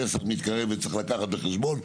פסח מתקרב וצריך לקחת את זה בחשבון,